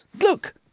Look